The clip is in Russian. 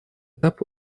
этап